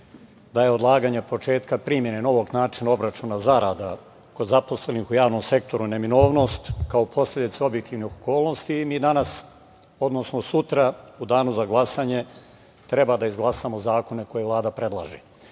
da je odlaganje početka primene novog načina obračuna zarada kod zaposlenih u javnom sektoru neminovnost, kao posledica objektivnih okolnosti. Mi danas, odnosno sutra u danu za glasanje treba da izglasamo zakone koje Vlada predlaže. Ja